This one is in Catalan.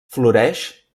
floreix